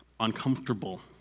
uncomfortable